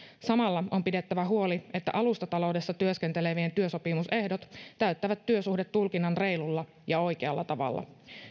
samalla on pidettävä huoli että alustataloudessa työskentelevien työsopimusehdot täyttävät työsuhdetulkinnan reilulla ja oikealla tavalla